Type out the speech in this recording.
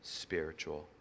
spiritual